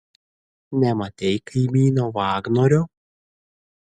nematei kaimyno vagnorio